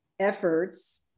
Efforts